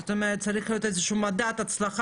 זאת אומרת צריך להיות איזה שהוא מדד הצלחה.